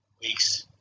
Weeks